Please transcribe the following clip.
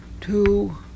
two